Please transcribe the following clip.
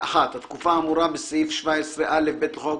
הארכת התקופה בסעיף 17א(ב) לחוק